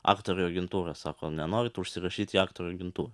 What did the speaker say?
aktorių agentūra sako nenorit užsirašyt į aktorių agentūrą